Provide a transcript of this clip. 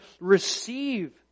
receive